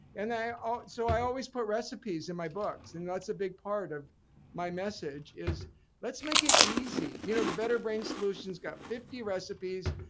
and i ah so i always put recipes in my books and that's a big part of my message is let's make it easy. you know the better brain solution has got fifty recipes,